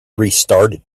restarted